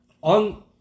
On